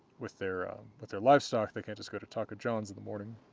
with their but their livestock they can't just go to taco john's in the morning.